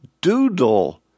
Doodle